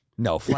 No